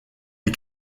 les